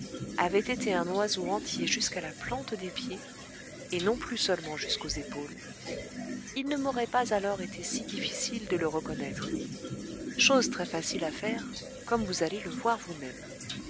avait été un oiseau entier jusqu'à la plante des pieds et non plus seulement jusqu'aux épaules il ne m'aurait pas alors été si difficile de le reconnaître chose très facile à faire comme vous allez le voir vous-même